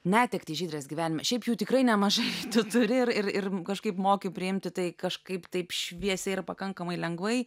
netektį žydrės gyvenime šiaip jų tikrai nemažai tu turi ir ir kažkaip moki priimti tai kažkaip taip šviesiai ir pakankamai lengvai